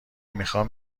میخوام